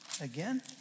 again